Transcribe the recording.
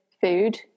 food